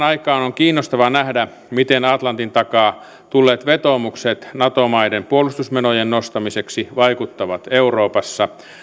aikaan on kiinnostavaa nähdä miten atlantin takaa tulleet vetoomuksen nato maiden puolustusmenojen nostamiseksi vaikuttavat euroopassa